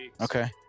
okay